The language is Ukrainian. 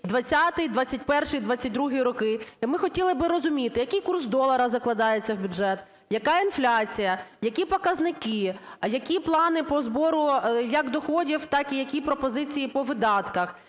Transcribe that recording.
2020-21-22 роки. Ми хотіли би розуміти, який курс долара закладається, яка інфляція, які показники, які плани по збору як доходів, так і які пропозиції по видатках,